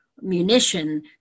munition